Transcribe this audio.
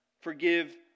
forgive